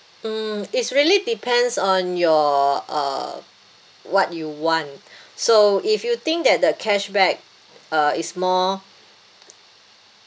mm it's really depends on your uh what you want so if you think that the cashback uh is more